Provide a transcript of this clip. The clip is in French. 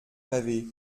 pavé